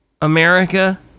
America